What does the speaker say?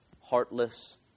heartless